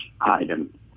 item